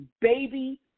baby